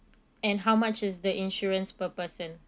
and how much is the insurance per person